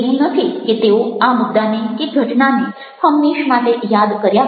એવું નથી કે તેઓ આ મુદ્દાને કે ઘટનાને હંમેશ માટે યાદ કર્યા કરશે